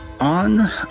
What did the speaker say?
on